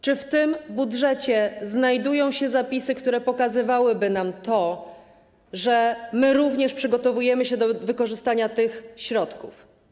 Czy w tym budżecie znajdują się zapisy, które pokazywałyby, że my również przygotowujemy się do wykorzystania tych środków?